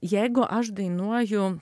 jeigu aš dainuoju